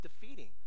defeating